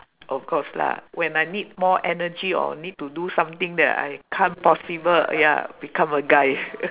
of course lah when I need more energy or need to do something that I can't possible ya become a guy